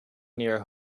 near